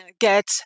get